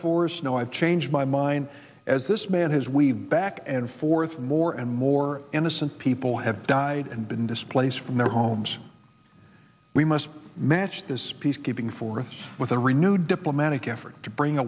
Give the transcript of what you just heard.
force no i've changed my mind as this man has we've back and forth more and more innocent people have died and been displaced from their homes we must match this peacekeeping force with a renewed diplomatic effort to bring